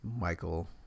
Michael